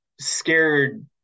scared